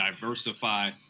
diversify